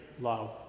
love